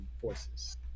forces